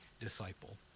disciple